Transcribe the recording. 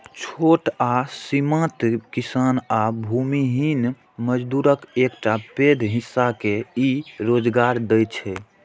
छोट आ सीमांत किसान आ भूमिहीन मजदूरक एकटा पैघ हिस्सा के ई रोजगार दै छै